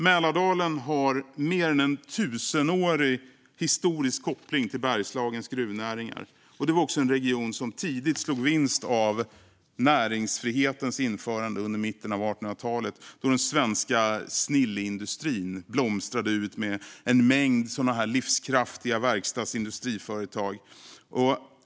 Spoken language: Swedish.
Mälardalen har en mer än tusenårig historisk koppling till Bergslagens gruvnäringar. Det var också en region som tidigt slog vinst av näringsfrihetens införande under mitten av 1800-talet då den svenska snilleindustrin blomstrade med en mängd livskraftiga verkstads och industriföretag.